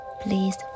Please